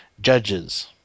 judges